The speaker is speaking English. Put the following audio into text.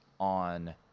on